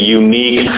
unique